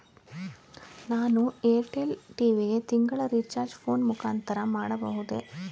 ನಾನು Airtel TV ಗೆ ತಿಂಗಳ ರಿಚಾರ್ಜ್ ಫೋನ್ ಮುಖಾಂತರ ಮಾಡಬಹುದೇ?